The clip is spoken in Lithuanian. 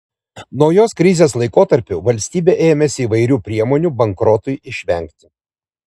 naujos krizės laikotarpiu valstybė ėmėsi įvairių priemonių bankrotui išvengti